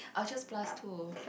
I'll just plus two